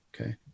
okay